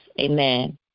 Amen